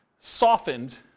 softened